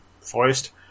forest